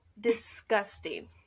Disgusting